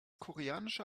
koreanische